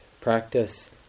practice